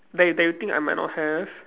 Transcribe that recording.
that you that you think I might not have